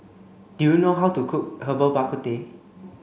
do you know how to cook Herbal Bak Ku Teh